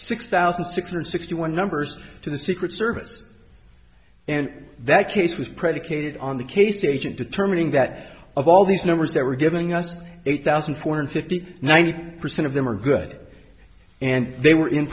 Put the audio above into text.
six thousand six hundred sixty one numbers to the secret service and that case was predicated on the case agent determining that of all these numbers they were giving us eight thousand four hundred fifty nine percent of them are good and they were in